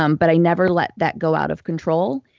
um but i never let that go out of control.